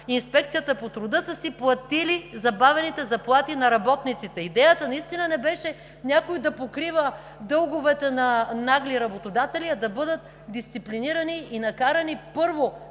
Инспекцията по труда, са си платили забавените заплати на работниците. Идеята не беше някой да покрива дълговете на нагли работодатели, а да бъдат дисциплинирани и накарани, първо,